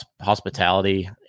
hospitality